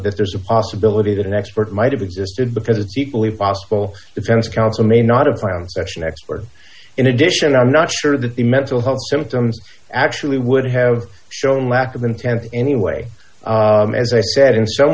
there's a possibility that an expert might have existed because it's equally possible defense counsel may not have planning session expert in addition i'm not sure that the mental health symptoms actually would have shown lack of intent anyway as i said in some